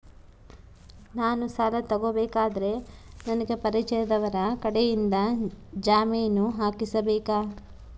ನಾನು ಸಾಲ ತಗೋಬೇಕಾದರೆ ನನಗ ಪರಿಚಯದವರ ಕಡೆಯಿಂದ ಜಾಮೇನು ಹಾಕಿಸಬೇಕಾ?